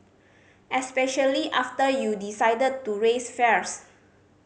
especially after you decided to raise fares